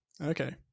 okay